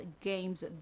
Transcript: games